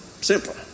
Simple